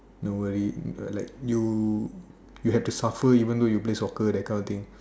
no worry uh like you you have to suffer even though you play soccer that kind of thing